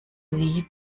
sie